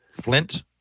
Flint